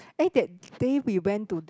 eh that day we went to d~